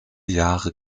jahre